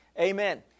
Amen